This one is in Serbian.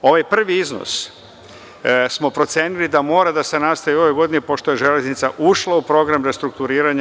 Ovaj prvi iznos smo procenili da mora da se nastavi u ovoj godini, pošto je železnica ušla u proces restrukturiranja.